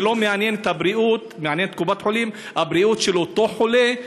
ולא מעניינת את קופת-החולים הבריאות של אותו חולה,